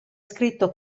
scritto